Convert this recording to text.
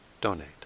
donate